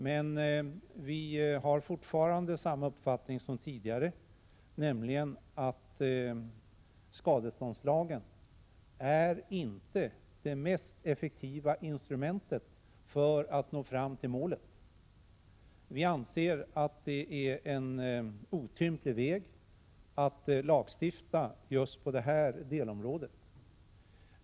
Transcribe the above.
Men vi har fortfarande samma uppfattning som förut, nämligen att skadeståndslagen inte är det mest effektiva instrumentet för att nå fram till målet. Vi anser att det är en otymplig väg att gå att lagstifta just på detta delområde.